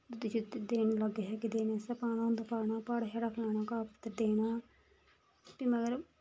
दुद्ध शुद्ध देन लागै छागै देने आस्तै पाना होंदा पाना भाड़ा छाड़ा पाना घाह् पत्तर देना ते मगर